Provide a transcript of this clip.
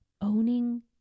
owning